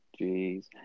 Jeez